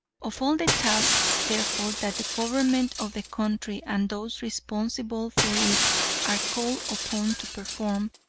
of all the tasks, therefore, that the government of the country and those responsible for it are called upon to perform,